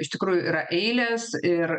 iš tikrųjų yra eilės ir